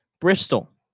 Bristol